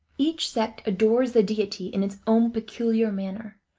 each sect adores the deity in its own peculiar manner,